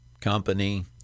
company